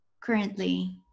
currently